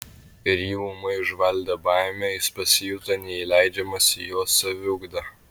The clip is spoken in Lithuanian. ir jį ūmai užvaldė baimė jis pasijuto neįleidžiamas į jos saviugdą